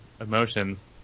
emotions